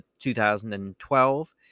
2012